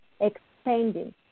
expanding